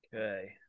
Okay